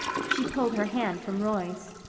she pulled her hand from roy's.